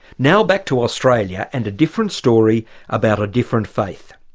now back to australia, and a different story about a different faith.